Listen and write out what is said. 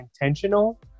intentional